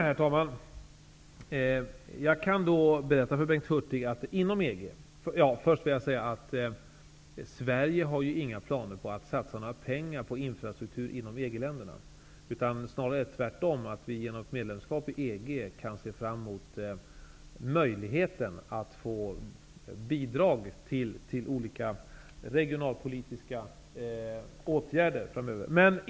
Herr talman! Sverige har inga planer på att satsa några pengar på infrastruktur inom EG-länderna. Snarare är det tvärtom så, att vi genom medlemskap i EG kan se fram emot möjligheten att få bidrag till olika regionalpolitiska åtgärder framöver.